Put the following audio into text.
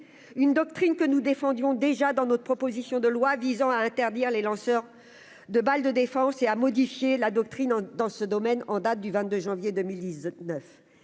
une doctrine que nous défendions déjà dans notre proposition de loi visant à interdire les lanceurs de balles de défense et à modifier la doctrine dans ce domaine en date du 22 janvier 2019